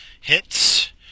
hits